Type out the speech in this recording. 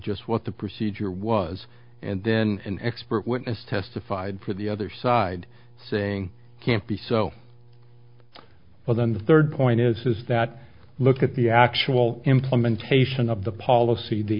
just what the procedure was and then an expert witness testified for the other side saying can't be so well then the third point is that look at the actual implementation of the policy the